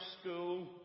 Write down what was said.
school